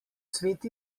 cvet